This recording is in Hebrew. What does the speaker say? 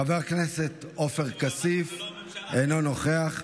חבר הכנסת עופר כסיף, אינו נוכח.